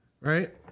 right